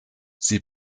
sie